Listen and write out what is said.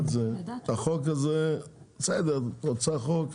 את רוצה חוק,